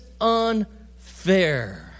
unfair